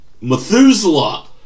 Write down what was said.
Methuselah